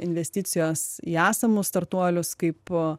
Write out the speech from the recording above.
investicijos į esamus startuolius kaip